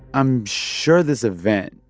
i'm sure this event,